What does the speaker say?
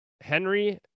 Henry